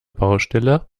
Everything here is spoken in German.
baustelle